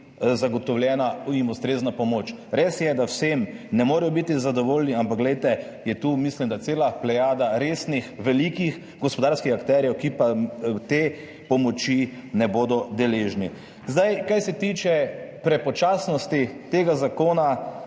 zagotovljena ustrezna pomoč. Res je, da vsi ne morejo biti zadovoljni. Ampak glejte, tu je, mislim, da cela plejada resnih velikih gospodarskih akterjev, ki pa te pomoči ne bodo deležni. Kar se tiče prepočasnosti tega zakona.